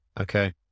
Okay